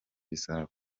bizaba